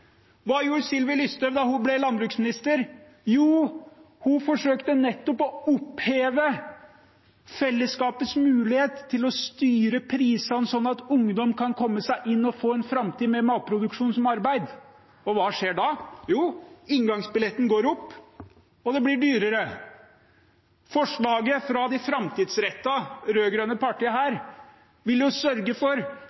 Hva gjorde Sylvi Listhaug da hun ble landbruksminister? Jo, hun forsøkte nettopp å oppheve fellesskapets mulighet til å styre prisene slik at ungdom kan komme seg inn og få en framtid med matproduksjon som arbeid. Hva skjer da? Jo, inngangsbilletten blir dyrere. Forslaget fra de framtidsrettede rød-grønne partiene her